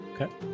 Okay